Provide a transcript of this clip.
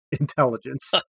intelligence